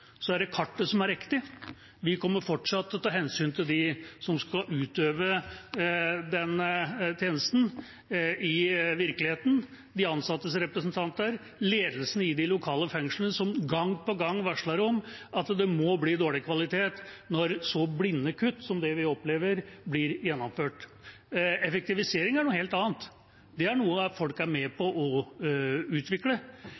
er det kartet som er riktig. Vi kommer fortsatt til å ta hensyn til dem som skal utøve denne tjenesten i virkeligheten, de ansattes representanter, ledelsen i de lokale fengslene, som gang på gang varsler om at det må bli dårlig kvalitet når så blinde kutt som dem vi opplever, blir gjennomført. Effektivisering er noe helt annet. Det er noe folk er med